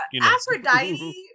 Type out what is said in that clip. Aphrodite